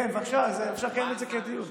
כן, בבקשה, אפשר לנהל את זה כדיון.